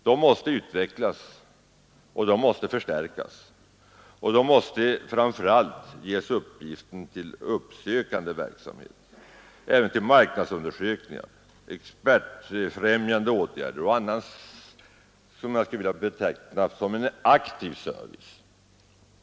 De måste utvecklas och förstärkas, och de måste framför allt ges uppgiften att syssla med uppsökande verksamhet men också med marknadsundersökningar, exportfrämjande åtgärder och annat som jag skulle vilja beteckna som en aktiv service.